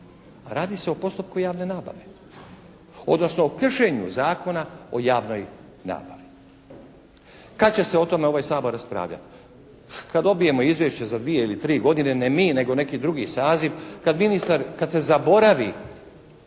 Radi se o postupku javne nabave, odnosno o kršenju Zakona o javnoj nabavi. Kad će se o tome ovaj Sabor raspravljati? Kad dobijemo izvješće za dvije ili tri godine. Ne mi, nego neki drugi saziv. Kad ministar,